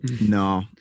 No